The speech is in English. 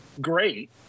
great